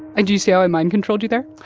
and you you see how i mind controlled you there?